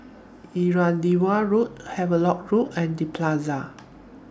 Irrawaddy Road Havelock LINK and The Plaza